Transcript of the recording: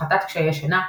הפחתת קשיי שינה,